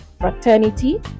fraternity